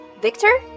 victor